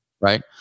Right